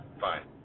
fine